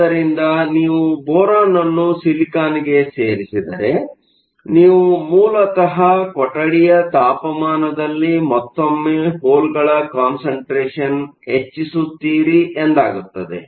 ಆದ್ದರಿಂದ ನೀವು ಬೋರಾನ್ ಅನ್ನು ಸಿಲಿಕಾನ್ ಗೆ ಸೇರಿಸಿದರೆ ನೀವು ಮೂಲತ ಕೊಠಡಿಯ ತಾಪಮಾನದಲ್ಲಿ ಮತ್ತೊಮ್ಮೆ ಹೋಲ್ಗಳ ಕಾನ್ಸಂಟ್ರೇಷನ್ ಹೆಚ್ಚಿಸುತ್ತೀರಿ ಎಂದಾಗುತ್ತದೆ